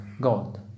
God